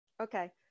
okay